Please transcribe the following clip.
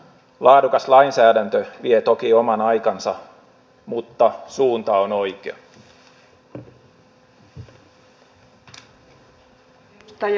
laadukas lainsäädäntö vie toki oman aikansa mutta suunta on oikea